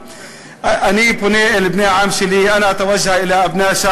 אני רוצה לדבר דקה בערבית, שירשה לי בבקשה,